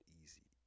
easy